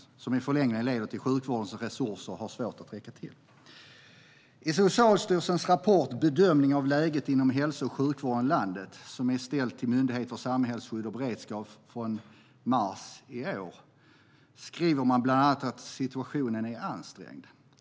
Det leder i förlängningen till att sjukvårdens resurser får svårt att räcka till. I Socialstyrelsens rapport Bedömning av läget inom hälso och sjukvården i landet , som Myndigheten för samhällsskydd och beredskap hemställt om, från mars i år skriver man bland annat att situationen är ansträngd.